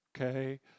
Okay